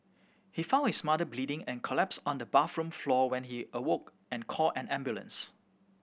he found his mother bleeding and collapsed on the bathroom floor when he awoke and called an ambulance